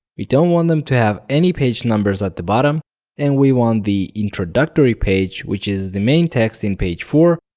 we don't want them to have page numbers at the bottom and we want the introductory page, which is the main text in page four,